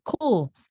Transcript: cool